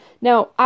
Now